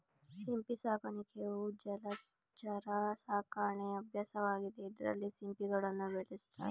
ಸಿಂಪಿ ಸಾಕಾಣಿಕೆಯು ಜಲಚರ ಸಾಕಣೆ ಅಭ್ಯಾಸವಾಗಿದೆ ಇದ್ರಲ್ಲಿ ಸಿಂಪಿಗಳನ್ನ ಬೆಳೆಸ್ತಾರೆ